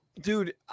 Dude